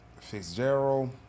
Fitzgerald